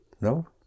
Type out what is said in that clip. no